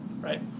Right